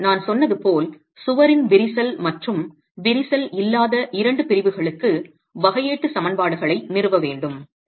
இப்போது நான் சொன்னது போல் சுவரின் விரிசல் மற்றும் விரிசல் இல்லாத இரண்டு பிரிவுகளுக்கு வகையீட்டு சமன்பாடுகளை நிறுவ வேண்டும்